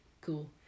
cool